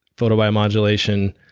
photobiomodulation,